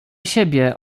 siebie